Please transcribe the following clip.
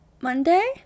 Monday